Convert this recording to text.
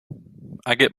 get